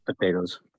potatoes